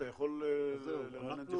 אתה יכול לרענן את זיכרוננו?